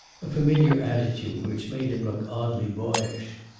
a familiar attitude which made him look oddly boyish.